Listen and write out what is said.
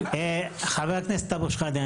חבר הכנסת אבו שחאדה,